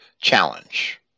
challenge